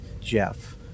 Jeff